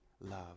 love